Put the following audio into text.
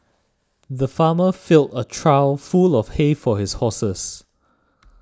the farmer filled a trough full of hay for his horses